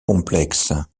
complexe